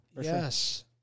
Yes